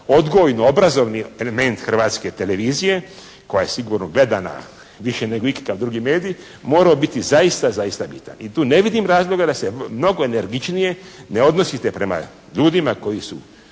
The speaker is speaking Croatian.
odgojno-obrazovni element Hrvatske televizije koja je sigurno gledana više nego ikoji drugi medij, morao biti zaista zaista bitan i tu ne vidim razloga da se mnogo energičnije ne odnosite prema ljudima koji su